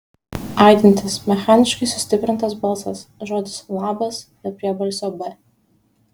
aidintis mechaniškai sustiprintas balsas žodis labas be priebalsio b